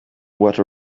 what